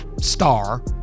star